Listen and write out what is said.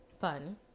fun